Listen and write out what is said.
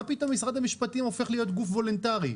פתאום משרד המשפטים הופך להיות גוף וולונטרי,